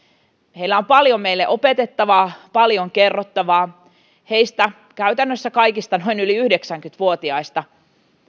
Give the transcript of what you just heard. heillä on paljon meille opetettavaa paljon kerrottavaa heistä käytännössä kaikki yli yhdeksänkymmentä vuotiaita